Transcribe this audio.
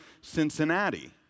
Cincinnati